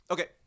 Okay